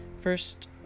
First